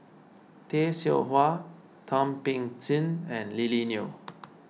Tay Seow Huah Thum Ping Tjin and Lily Neo